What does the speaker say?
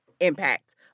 impact